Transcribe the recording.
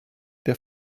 der